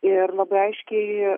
ir labai aiškiai